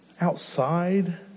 outside